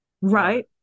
right